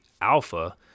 alpha